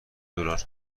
دلار